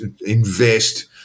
invest